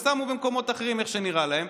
שמו במקומות אחרים לפי איך שנראה להם,